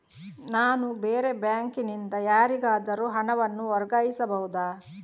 ನಾನು ಬೇರೆ ಬ್ಯಾಂಕ್ ನಿಂದ ಯಾರಿಗಾದರೂ ಹಣವನ್ನು ವರ್ಗಾಯಿಸಬಹುದ?